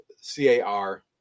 C-A-R